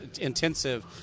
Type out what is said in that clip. intensive